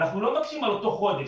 אנחנו לא מבקשים על אותו חודש.